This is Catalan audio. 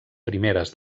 primeres